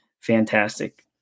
fantastic